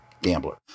gambler